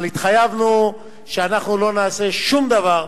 אבל אנחנו התחייבנו שלא נעשה שום דבר,